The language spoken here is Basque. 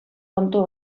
kontu